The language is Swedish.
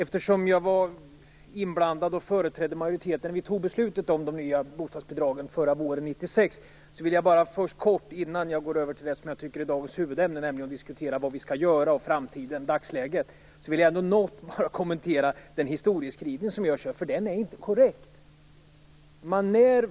Fru talman! Jag var inblandad och företrädde majoriteten när vi fattade beslutet om de nya bostadsbidragen förra våren, 1996. Innan jag går över till det som jag tycker är dagens huvudämne, nämligen vad vi skall göra i dagsläget och i framtiden, vill jag därför kort något kommentera den historieskrivning som görs här. Den är inte korrekt.